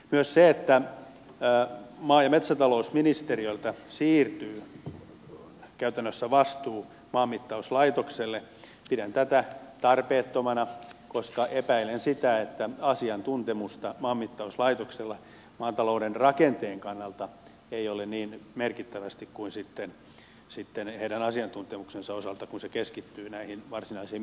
myös sitä että maa ja metsätalousministeriöltä siirtyy käytännössä vastuu maanmittauslaitokselle pidän tarpeettomana koska epäilen että maanmittauslaitoksella asiantuntemusta maatalouden rakenteen kannalta ei ole niin merkittävästi kuin sitä asiantuntemusta joka keskittyy näihin varsinaisiin mittaustehtäviin